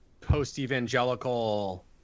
post-evangelical –